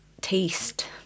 taste